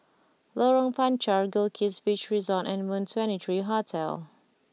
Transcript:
Lorong Panchar Goldkist Beach Resort and Moon Twenty Three Hotel